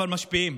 אבל משפיעים,